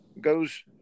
goes